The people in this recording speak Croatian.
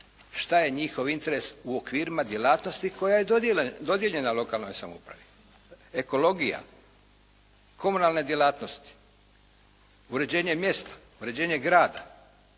što je njihov interes u okvirima djelatnosti koja je dodijeljena lokalnoj samoupravi. Ekologija, komunalne djelatnosti, uređenje mjesta, uređenje grada,